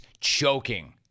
choking